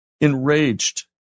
Enraged